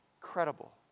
credible